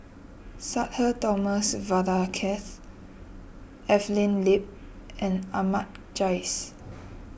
Sudhir Thomas Vadaketh Evelyn Lip and Ahmad Jais